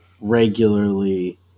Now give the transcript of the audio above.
regularly